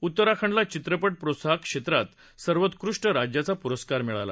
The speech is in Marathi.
उत्तराखंडला चित्रपट प्रोत्साहक क्षेत्रात सर्वोत्कृष्ट राज्याचा पुरस्कार मिळाला